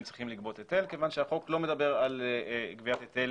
צריכים לגבות היטל מכיוון שהחוק לא מדבר על גביית היטל